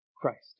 Christ